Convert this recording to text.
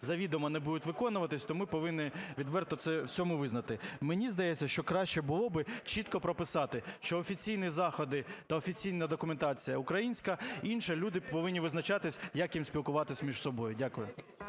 завідомо не будуть виконуватися, то ми повинні відверто в цьому визнати. Мені здається, що краще було б чітко прописати, що офіційні заходи та офіційна документація – українська, інше – люди повинні визначатись, як їм спілкуватись між собою. Дякую.